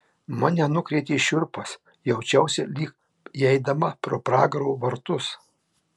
mane nukrėtė šiurpas jaučiausi lyg įeidama pro pragaro vartus